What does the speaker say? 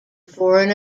foreign